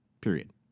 Period